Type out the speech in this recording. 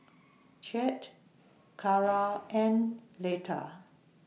Chet Cara and Letta